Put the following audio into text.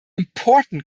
important